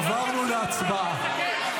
עברנו להצבעה.